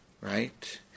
right